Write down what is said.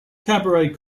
cabaret